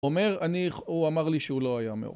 הוא אומר, אני... הוא אמר לי שהוא לא היה מ...